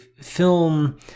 film